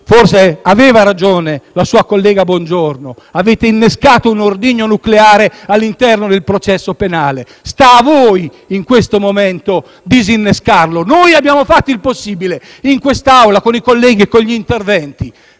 forse aveva ragione la sua collega Bongiorno - avete innescato un ordigno nucleare all'interno del processo penale. Sta a voi in questo momento disinnescarlo. Noi abbiamo fatto il possibile in quest'Aula con gli interventi